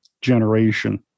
generation